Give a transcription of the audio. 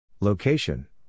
Location